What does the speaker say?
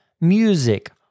music